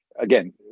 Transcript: Again